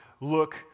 Look